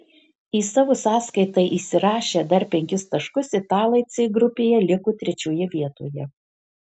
į savo sąskaitą įsirašę dar penkis taškus italai c grupėje liko trečioje vietoje